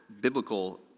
biblical